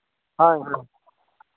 ᱦᱳᱭ ᱦᱳᱭ